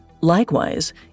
Likewise